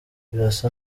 birasa